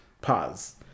pause